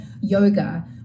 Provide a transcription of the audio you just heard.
yoga